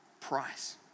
price